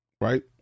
Right